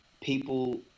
people